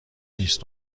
نیس